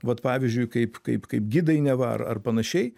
vat pavyzdžiui kaip kaip kaip gidai neva ar ar panašiai